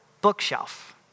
bookshelf